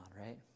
right